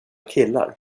killar